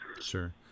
Sure